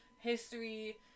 history